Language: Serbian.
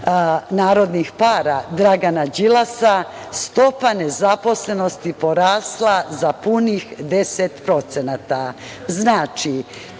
narodnih para, Dragana Đilasa, stopa nezaposlenosti porasla za punih 10%. Znači,